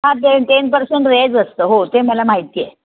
हां ते ten percent range असतं हो ते मला माहिती आहे